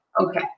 Okay